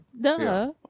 duh